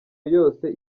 yose